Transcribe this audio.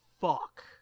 fuck